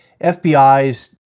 FBI's